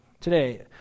today